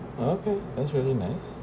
okay that's really nice